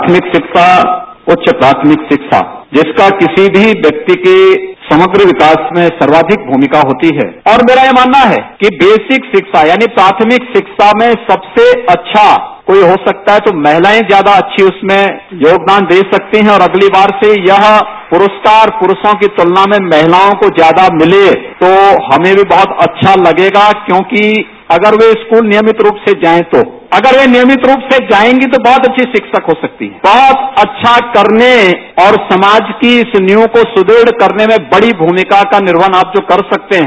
प्राथमिक रिक्षा उच्च प्राथमिक रिक्षा जिसका किसी भी व्यक्ति के समग्र विकास में सर्वाधिक भूमिका होती है और मेरा यह मानना है कि बेसिक शिक्षा यानी प्राथमिक शिक्षा में सबसे अच्छा कोई हो सकता है तो महिलाएं ज्यादा अच्छी उसमें योगदान दे सकती है और अगली बार से यह पुरस्कार पुरूषों की तुलना में महिलाओं को ज्यादा मिले तो हमें भी बहुत अच्छा लगेगा क्योंकि अगर वह स्कूल नियमित रूप से जाये तो अगर वह नियमित रूप से जायेंगी तो बहुत अच्छी रिक्षक हो सकती है बहुत अच्छा करने और समाज की इस नींव को सुदृढ़ करने में बड़ी भूमिका का निर्वहन आप जो कर सकते हैं